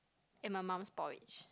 and my mom's porridge